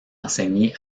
enseigné